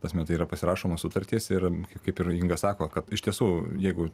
prasme tai yra pasirašomos sutartys ir kaip ir inga sako kad iš tiesų jeigu